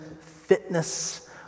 fitness